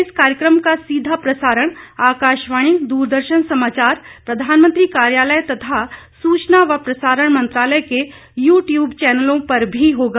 इस कार्यक्रम का सीधा प्रसारण आकाशवाणी द्रदर्शन समाचार प्रधानमंत्री कार्यालय तथा सूचना व प्रसारण मंत्रालय के यू टयूब चैनलों पर भी होगा